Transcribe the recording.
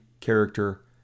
character